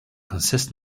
consist